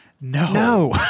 no